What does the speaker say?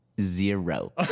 zero